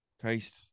Christ